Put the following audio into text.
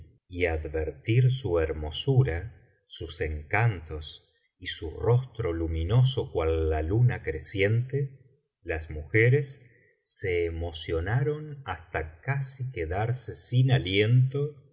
y advertir su hermosura sus encantos y su rostro luminoso cual la luna creciente las mujeres se emocionaron hasta casi quedarse sin aliento